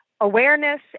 awareness